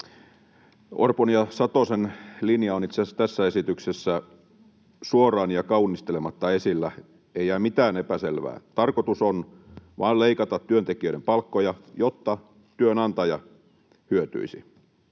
Orpon ja Satosen linja on itse asiassa tässä esityksessä suoraan ja kaunistelematta esillä, ei jää mitään epäselvää. Tarkoitus on vain leikata työntekijöiden palkkoja, jotta työnantaja hyötyisi.